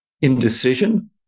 indecision